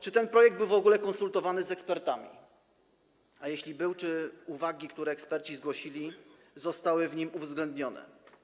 Czy ten projekt był w ogóle konsultowany z ekspertami, a jeśli był, czy uwagi, które eksperci zgłosili, zostały w nim uwzględnione?